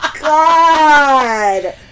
God